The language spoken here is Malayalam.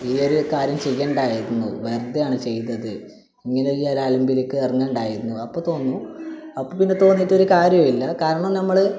ഈ ഒരു കാര്യം ചെയ്യേണ്ടായിരുന്നു വെറുതെ ആണ് ചെയ്തത് ഇങ്ങനെ ഒരു ഞാൻ അലമ്പിലേക്ക് ഇറങ്ങേണ്ടായിരുന്നു അപ്പോൾ തോന്നും അപ്പോൾ പിന്നെ തോന്നിയിട്ട് ഒരു കാര്യവുമില്ല കാരണം നമ്മൾ